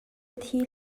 thi